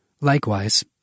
Likewise